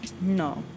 No